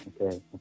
okay